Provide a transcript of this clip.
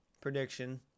prediction